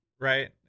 right